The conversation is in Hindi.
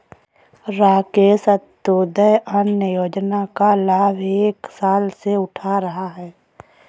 राकेश अंत्योदय अन्न योजना का लाभ एक साल से उठा रहा है